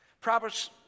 Proverbs